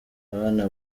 abana